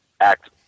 act